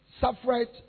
suffered